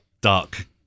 dark